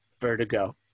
vertigo